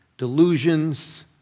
delusions